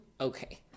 Okay